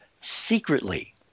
secretly